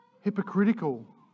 hypocritical